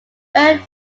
earned